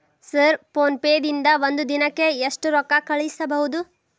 Sir PhonePe ದಿಂದ ಒಂದು ದಿನಕ್ಕೆ ಎಷ್ಟು ರೊಕ್ಕಾ ಕಳಿಸಬಹುದು?